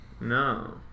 No